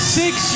six